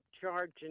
charging